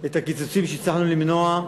את הקיצוצים שהצלחנו למנוע,